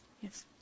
yes